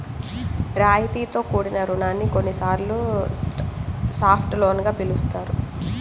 రాయితీతో కూడిన రుణాన్ని కొన్నిసార్లు సాఫ్ట్ లోన్ గా పిలుస్తారు